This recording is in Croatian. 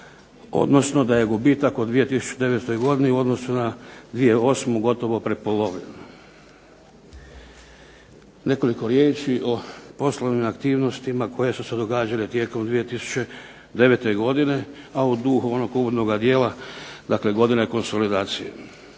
odnosno da je gubitak u 2009. godini u odnosu na 2008. gotovo prepolovljen. Nekoliko riječi o poslovnim aktivnostima koje su se događale tijekom 2009. godine, a u duhu onog uvodnoga dijela, dakle godine konsolidacije